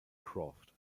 croft